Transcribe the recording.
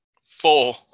Four